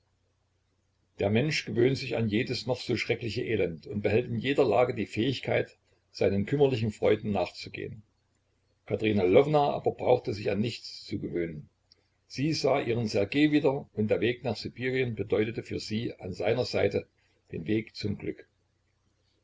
der mensch gewöhnt sich an jedes noch so schreckliche elend und behält in jeder lage die fähigkeit seinen kümmerlichen freuden nachzugehen katerina lwowna aber brauchte sich an nichts zu gewöhnen sie sah ihren ssergej wieder und der weg nach sibirien bedeutete für sie an seiner seite den weg zum glück